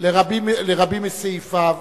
לרבים מסעיפיו,